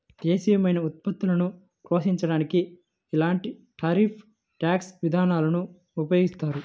దేశీయమైన ఉత్పత్తులను ప్రోత్సహించడానికి ఇలాంటి టారిఫ్ ట్యాక్స్ విధానాలను ఉపయోగిస్తారు